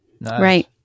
Right